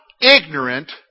ignorant